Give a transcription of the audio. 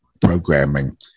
programming